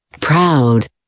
proud